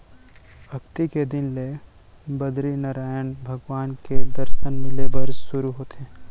अक्ती के दिन ले बदरीनरायन भगवान के दरसन मिले बर सुरू होथे